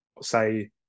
say